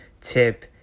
tip